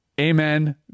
Amen